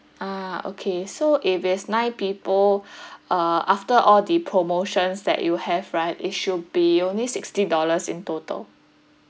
ah okay so if it's nine people uh after all the promotions that you have right it should be only sixty dollars in total